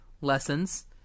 lessons